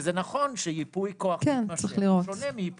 וזה נכון, שיפוי כוח מתמשך שונה מיפוי כוח אחר.